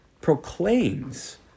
proclaims